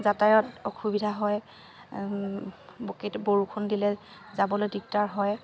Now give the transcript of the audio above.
যাতায়ত অসুবিধা হয় বৰষুণ দিলে যাবলৈ দিগদাৰ হয়